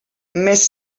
més